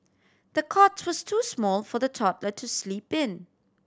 the cot was too small for the toddler to sleep in